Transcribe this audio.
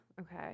okay